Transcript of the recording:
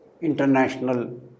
international